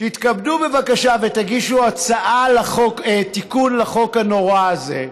תתכבדו בבקשה ותגישו תיקון לחוק הנורא הזה,